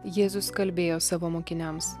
jėzus kalbėjo savo mokiniams